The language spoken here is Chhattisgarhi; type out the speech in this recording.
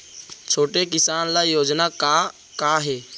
छोटे किसान ल योजना का का हे?